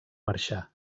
marxar